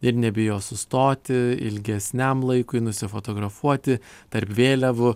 ir nebijo sustoti ilgesniam laikui nusifotografuoti tarp vėliavų